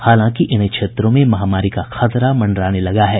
हालांकि इन क्षेत्रों में महामारी का खतरा मंडराने लगा है